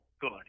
good